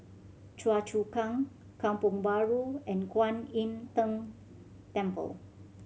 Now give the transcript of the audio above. Choa Chu Kang Kampong Bahru and Kwan Im Tng Temple